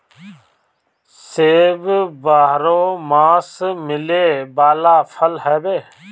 सेब बारहोमास मिले वाला फल हवे